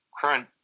current